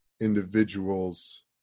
individuals